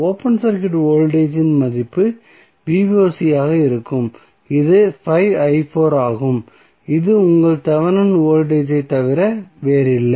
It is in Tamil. ஓபன் சர்க்யூட் வோல்டேஜ் மதிப்பு ஆக இருக்கும் இது ஆகும் இது உங்கள் தெவெனின் வோல்டேஜ் ஐத் தவிர வேறில்லை